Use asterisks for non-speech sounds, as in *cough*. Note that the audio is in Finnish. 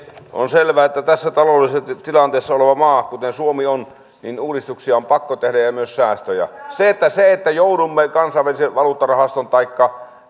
on selvää että tässä taloudellisessa tilanteessa olevassa maassa kuten suomi on uudistuksia on pakko tehdä ja ja myös säästöjä se että se että joudumme kansainvälisen valuuttarahaston taikka *unintelligible*